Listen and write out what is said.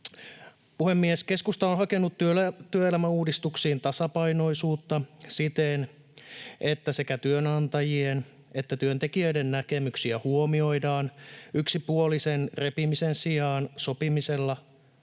Puhemies! Keskusta on hakenut työelämäuudistuksiin tasapainoisuutta siten, että sekä työnantajien että työntekijöiden näkemyksiä huomioidaan. Yksipuolisen repimisen sijaan sopimisella